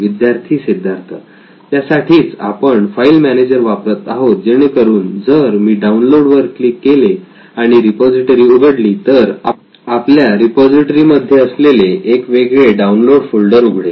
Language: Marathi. विद्यार्थी सिद्धार्थ त्यासाठीच आपण फाईल मॅनेजर वापरत आहोत जेणेकरून जर मी डाउनलोड वर क्लिक केले आणि रिपॉझिटरी उघडली तर आपल्या रिपॉझिटरी मध्ये असलेले एक वेगळे डाउनलोड फोल्डर उघडेल